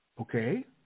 Okay